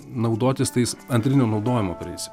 naudotis tais antrinio naudojimo prais